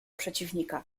przeciwnika